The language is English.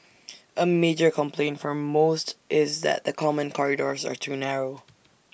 A major complaint for most is that the common corridors are too narrow